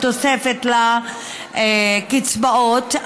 התוספת לקצבאות,